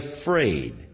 afraid